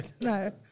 No